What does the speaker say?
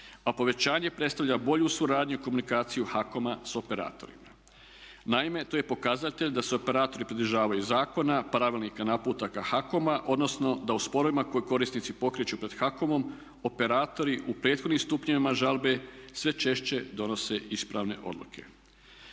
a povećanje predstavlja bolju suradnju i komunikaciju HAKOM-a sa operatorima. Naime, to je pokazatelj da se operatori pridržavaju zakona, pravilnika, naputaka HAKOM-a odnosno da u sporovima koji korisnici pokreću pred HAKOM-om operatori u prethodnim stupnjevima žalbe sve češće donose ispravne odluke.